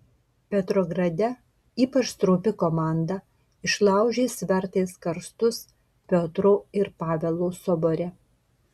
petrograde ypač stropi komanda išlaužė svertais karstus piotro ir pavelo sobore